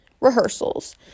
rehearsals